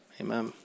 amen